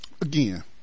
again